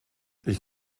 ich